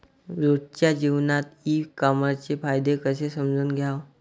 रोजच्या जीवनात ई कामर्सचे फायदे कसे समजून घ्याव?